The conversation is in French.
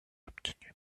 obtenues